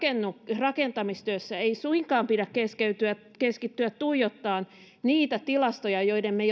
rakentamistyössä pidä suinkaan keskittyä tuijottamaan niitä tilastoja joiden me